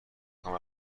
کنم